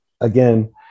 again